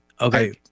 okay